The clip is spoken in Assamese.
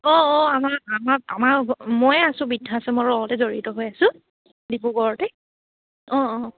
অঁ অঁ আমাৰ আমাৰ আমাৰ ময়ে আছোঁ বৃদ্ধাশ্ৰমৰ লগতে জড়িত হৈ আছোঁ ডিব্ৰুগড়তে অঁ অঁ